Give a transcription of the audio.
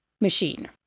machine